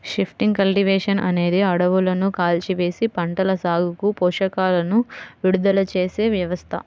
shifting cultivation అనేది అడవులను కాల్చివేసి, పంటల సాగుకు పోషకాలను విడుదల చేసే వ్యవస్థ